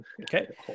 Okay